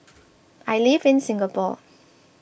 I live in Singapore